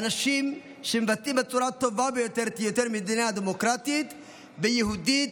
אנשים שמבטאים בצורה הטובה ביותר מדינה דמוקרטית ויהודית,